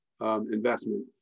investment